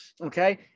Okay